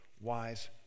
wise